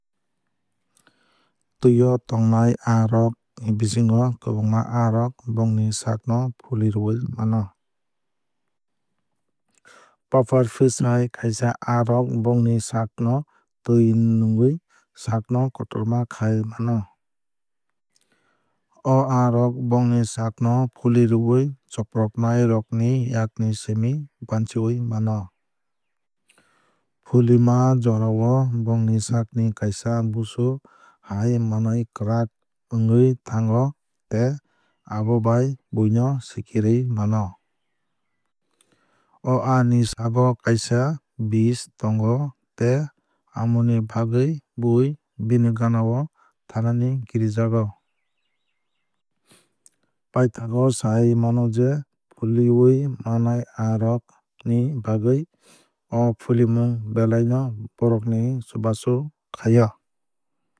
Twui no tongnai aa rok ni bisingo kwbangma aa rok bongni saak no fulirwui mano. Puffer fish hai kaisa aa rok bongni saak no twui nwngwui saakno kotorma khai mano. O aa bongni saak no fulirwui chopropnai rok ni yakni simi banchiwui mano. Fulima jorao bongni sakni kaisa busu hai manwui kwrak ongwui thango tei abo bai buino sikirwui mano. O aa ni sago kaisa bish tongo tei amoni bagwui bui bini gana o thanani kirijago. Paithago sai mano je fuliwui mannai aa rok ni bagwui o fulimung belai no bohrokni chubachu khlai o.